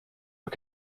but